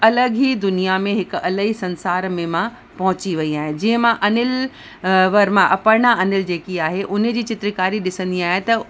अलॻि ई दुनिया में हिकु अलॻ ई संसार में मां पहुची वई आहियां जीअं मां अनिल वर्मा अपर्णा अनिल जेकी आहे उन जी चित्रकारी ॾिसंदी आहियां त